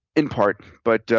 in part, but